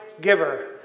giver